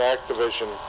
Activision